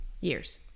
years